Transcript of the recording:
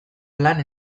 lan